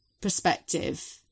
perspective